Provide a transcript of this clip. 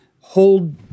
hold